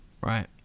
right